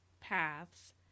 paths